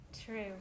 true